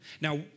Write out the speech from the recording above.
Now